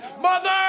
Mother